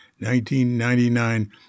1999